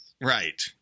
Right